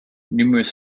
numerous